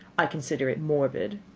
i consider it morbid.